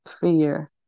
fear